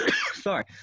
Sorry